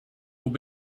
will